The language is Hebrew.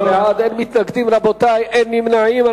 24 בעד, אין מתנגדים, רבותי, אין נמנעים.